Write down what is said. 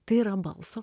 tai yra balso